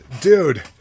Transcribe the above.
dude